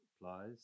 applies